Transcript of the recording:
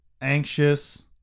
anxious